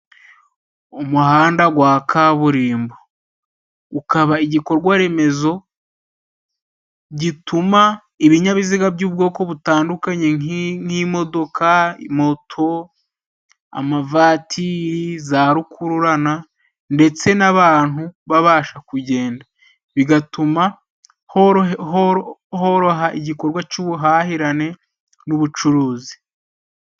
Umuhanda gwa kaburimbo ukaba igikorwa remezo gituma ibinyabiziga by'ubwoko butandukanye nk' nk'imodoka, moto, amavatiri ,za rukururana ndetse n'abantu babasha kugenda bigatuma horo horoha igikorwa c'ubuhahirane n'ubucuruzi.